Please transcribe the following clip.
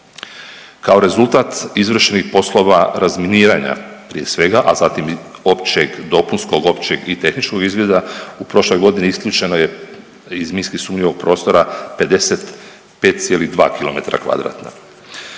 Kao rezultat izvršenih poslova razminiranja, prije svega, a zatim i općeg dopunskog, općeg i tehničkog izvida u prošloj godini isključeno je iz minski sumnjivog prostora 55,2 km2.